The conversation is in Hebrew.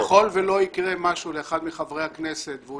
ככל ולא ייקרה משהו לאחד מחברי הכנסת והוא